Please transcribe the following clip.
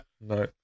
No